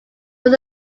was